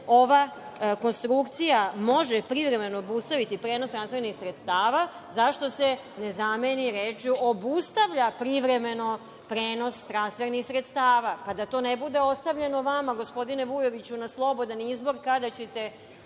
ova konstrukcija može privremeno obustaviti, prenos transfernih sredstava, zašto se ne zameni rečju „obustavlja privremeno prenos transfernih sredstava“, pa da to ne bude ostavljeno, vama gospodine Vujoviću, na slobodan izbor kada ćete